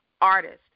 artist